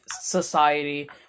society